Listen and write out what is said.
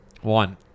One